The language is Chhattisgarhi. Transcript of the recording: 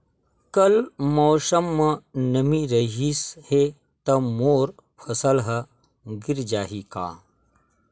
कल मौसम म नमी रहिस हे त मोर फसल ह गिर जाही का?